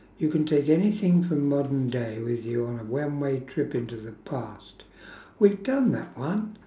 you can take anything from modern day with you on a one way trip into the past we've done that one